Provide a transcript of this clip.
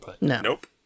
Nope